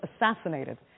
assassinated